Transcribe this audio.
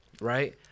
right